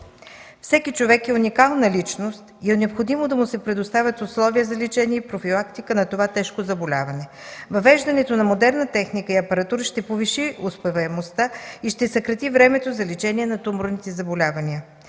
Всеки човек е уникална личност и е необходимо да му се предоставят условия за лечение и профилактика на това тежко заболяване. Въвеждането на модерна техника и апаратура ще повиши успеваемостта и ще съкрати времето за лечение на туморните заболявания.